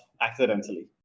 accidentally